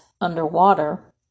underwater